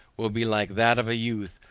will be like that of a youth,